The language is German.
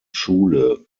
schule